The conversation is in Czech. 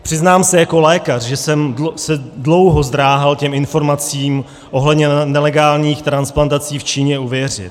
Přiznám se, že jako lékař jsem se dlouho zdráhal těm informacím ohledně nelegálních transplantací v Číně uvěřit.